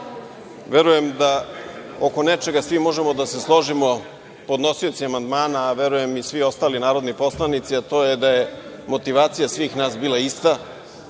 verujem da oko nečega svi možemo da se složimo, podnosioci amandmana, a verujem i svi ostali narodni poslanici, a to je da je motivacija svih nas bila ista,